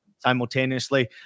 simultaneously